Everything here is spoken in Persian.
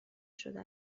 شده